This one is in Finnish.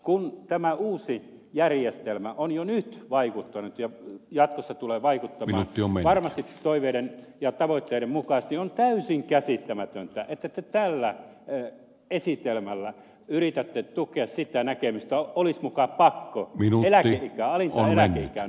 kun tämä uusi järjestelmä on jo nyt vaikuttanut ja jatkossa tulee vaikuttamaan varmasti toiveiden ja tavoitteiden mukaisesti on täysin käsittämätöntä että te tällä esitelmällä yritätte tukea sitä näkemystä että olisi muka pakko alinta eläkeikää nostaa